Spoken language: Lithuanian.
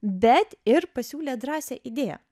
bet ir pasiūlė drąsią idėją